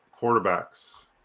quarterbacks